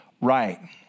right